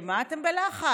מה אתם בלחץ?